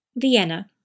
Vienna